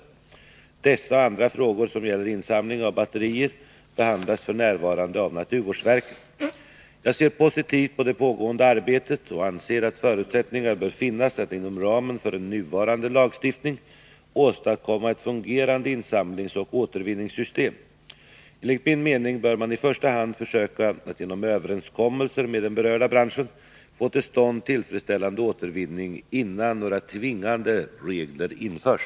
Dessa och andra frågor som gäller insamling av batterier behandlas f. n. av naturvårdsverket. Jag ser positivt på det pågående arbetet och anser att förutsättningar bör finnas att inom ramen för nuvarande lagstiftning åstadkomma ett fungerande insamlingsoch återvinningssystem. Enligt min mening bör man i första hand försöka att genom överenskommelser med den berörda branschen få till stånd tillfredsställande återvinning innan några tvingande regler införs.